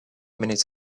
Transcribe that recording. minutes